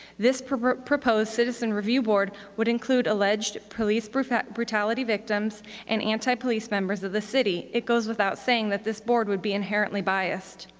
this proposed proposed citizen review board would include alleged police brutality victims and anti-police members of the city. it goes without saying that this board would be inherently biased.